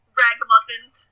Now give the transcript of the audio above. ragamuffins